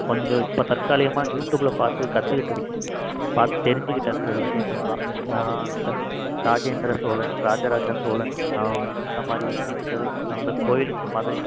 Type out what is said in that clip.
கொஞ்சம் இப்போ தற்காலிகமாக யூட்டூபில் பார்த்து கற்றுகிட்டுருக்கேன் பார்த்து தெரிஞ்சுகிட்டேன் சில விஷயங்கள் தான் ராஜேந்திர சோழன் ராஜ ராஜ சோழன் அவங்க அந்த மாதிரி விஷயங்கள் அந்த கோவிலுக்கு மதுரை